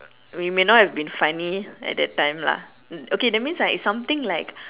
it may have not been funny at that time lah okay that means it's something like